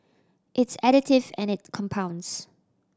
it's additive and it compounds